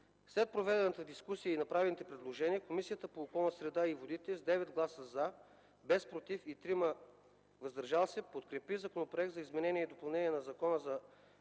След проведената дискусия и направените предложения, Комисията по околната среда и водите с 9 гласа „за”, без „против” и 3 „въздържали се”, подкрепи Законопроекта за изменение и допълнение на Закона за